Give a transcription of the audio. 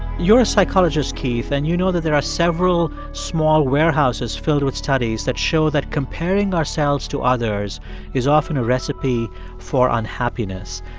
you're a psychologist, keith, and you know that there are several small warehouses filled with studies that show that comparing ourselves to others is often a recipe for unhappiness.